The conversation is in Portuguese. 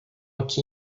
aqui